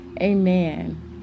amen